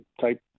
type